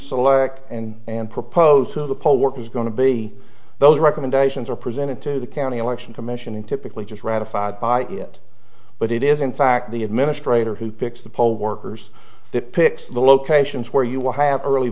select and and propose to the poll worker is going to be those recommendations are presented to the county election commission in typically just ratified by it but it is in fact the administrator who picks the poll workers depicts the locations where you will have early